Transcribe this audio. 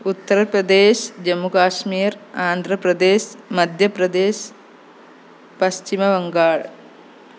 Uttar Pradesh Jammu Kashmir Andhra Pradesh Madhya Pradesh Paschimbangal